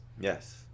Yes